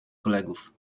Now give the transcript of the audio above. kolegów